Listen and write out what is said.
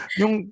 yung